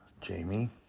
Jamie